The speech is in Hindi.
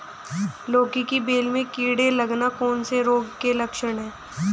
लौकी की बेल में कीड़े लगना कौन से रोग के लक्षण हैं?